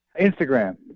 Instagram